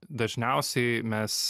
dažniausiai mes